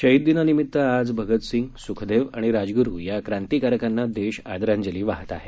शहीद दिनानिमित्त आज भगतसिंग सुखदेव आणि राजगुरु या क्रांतिकारकांना देश आदरांजली वाहत आहे